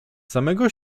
samego